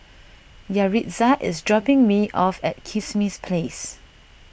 Yaritza is dropping me off at Kismis Place